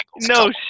No